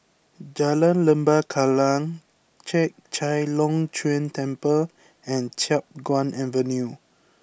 Jalan Lembah Kallang Chek Chai Long Chuen Temple and Chiap Guan Avenue